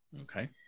Okay